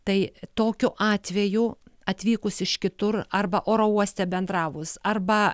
tai tokiu atveju atvykus iš kitur arba oro uoste bendravus arba